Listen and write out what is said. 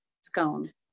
scones